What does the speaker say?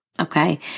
Okay